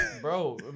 bro